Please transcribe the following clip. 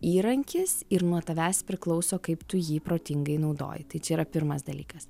įrankis ir nuo tavęs priklauso kaip tu jį protingai naudoji tai čia yra pirmas dalykas